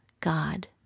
God